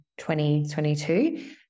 2022